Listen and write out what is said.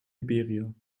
liberia